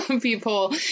people